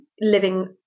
living